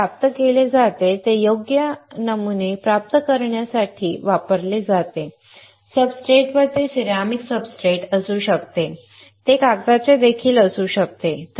ते प्राप्त केले जाते ते योग्य नमुने प्राप्त करण्यासाठी वापरले जाते सब्सट्रेटवर ते सिरेमिक सब्सट्रेट असू शकते ते कागदाचे देखील असू शकते